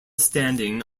standing